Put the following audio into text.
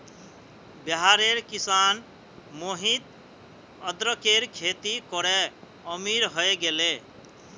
बिहारेर किसान मोहित अदरकेर खेती करे अमीर हय गेले